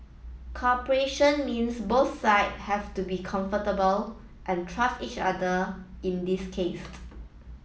cooperation means both side have to be comfortable and trust each other in this case